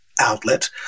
outlet